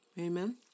Amen